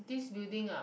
this building ah